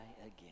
again